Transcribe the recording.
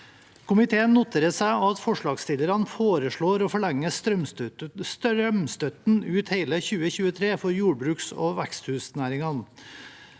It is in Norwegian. Komiteen noterer seg at forslagsstillerne foreslår å forlenge strømstøtten ut hele 2023 for jordbruksog veksthusnæringen.